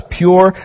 pure